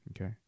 okay